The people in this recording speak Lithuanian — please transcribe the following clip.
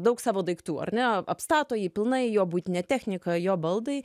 daug savo daiktų ar ne apstato jį pilnai jo buitinė technika jo baldai